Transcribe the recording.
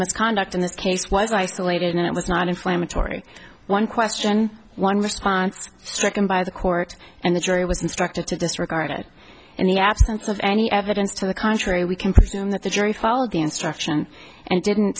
misconduct in this case was isolated and it was not inflammatory one question one response second by the court and the jury was instructed to disregard it in the absence of any evidence to the contrary we can presume that the jury follow the instruction and didn't